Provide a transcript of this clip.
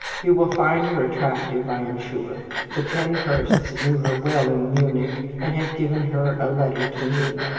you will find her attractive, i am sure. the penhursts knew her well in munich, and have given her a letter to me.